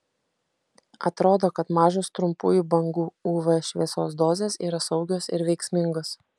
atrodo kad mažos trumpųjų bangų uv šviesos dozės yra saugios ir veiksmingos